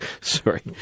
Sorry